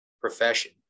profession